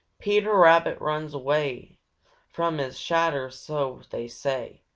peter rabbit runs away from his shadder, so they say.